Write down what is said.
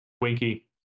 Winky